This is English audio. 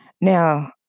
Now